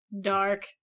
dark